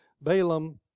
Balaam